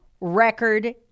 record